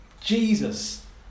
Jesus